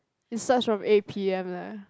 it starts from eight P_M leh